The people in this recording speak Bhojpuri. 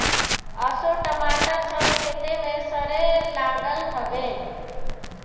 असो टमाटर सब खेते में सरे लागल हवे